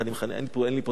אין לי פה,